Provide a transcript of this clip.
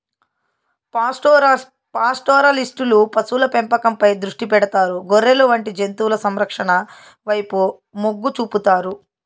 పాస్టోరలిస్టులు పశువుల పెంపకంపై దృష్టి పెడతారు, గొర్రెలు వంటి జంతువుల సంరక్షణ వైపు మొగ్గు చూపుతారు